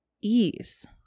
ease